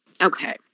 Okay